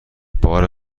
بار